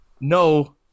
no